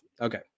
Okay